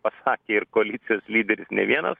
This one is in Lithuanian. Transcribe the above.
pasakė ir koalicijos lyderis ne vienas